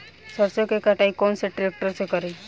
सरसों के कटाई कौन सा ट्रैक्टर से करी?